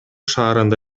шаарында